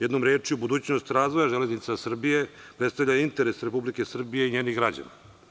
Jednom rečju, budućnost razvoja „Železnica Srbije“ predstavlja interes Republike Srbije i njenih građana.